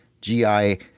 GI